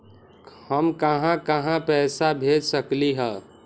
हम कहां कहां पैसा भेज सकली ह?